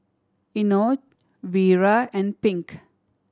Enoch Vira and Pink